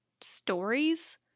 stories